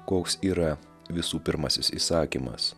koks yra visų pirmasis įsakymas